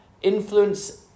Influence